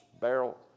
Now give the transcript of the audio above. barrel